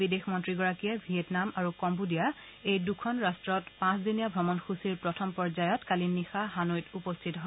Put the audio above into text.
বিদেশ মন্ত্ৰীগৰাকীয়ে ভিয়েটনামা আৰু কম্বোডিয়া এই দুই ৰাষ্টৰ পাঁচদিনীয়া ভ্ৰমণ সুচীৰ প্ৰথম পৰ্যায়ৰ কালি নিশা হানৈত উপস্থিত হয়